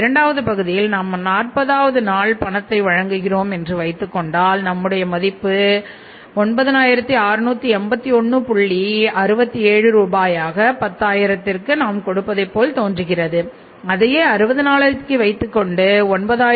இரண்டாவது பகுதியில் நாம் பத்தாயிரத்திற்கு நாம் கொடுப்பதை போல் தோன்றுகிறது அதையே 60 நாளைக்கு வைத்துக்கொண்டால் 9672